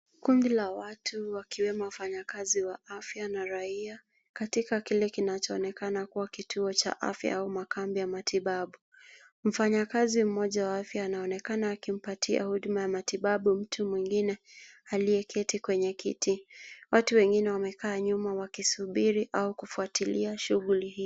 Kundi la watu wakiwemo wafanyikazi wa afya na raia katika kile kinachoonekana kuwa kituo cha afya au makambi ya matibabu . Mfanyakazi mmoja wa afya anaonekana akimpatia huduma ya matibabu mtu mwingine aliyeketi kwenye kiti. Watu wengine wamekaa nyuma wakisubiri au kufuatilia shughuli hii.